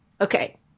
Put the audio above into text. Okay